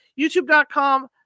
YouTube.com